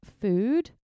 food